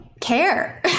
care